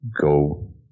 go